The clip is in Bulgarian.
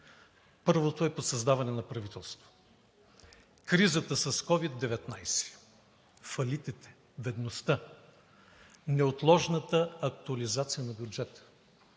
Първото е по създаване на правителство. Кризата с COVID-19, фалитите, бедността, неотложната актуализация на бюджета,